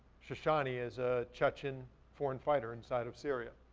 shishani, is a chechen foreign fighter inside of syria,